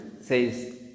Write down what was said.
says